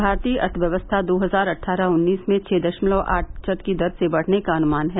भारतीय अर्थव्यवस्था दो हजार अट्ठारह उन्नीस में छह दशमलव आठ प्रतिशत की दर से बढ़ने का अनुमान है